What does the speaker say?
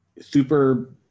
super